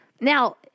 Now